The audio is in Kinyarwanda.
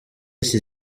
iki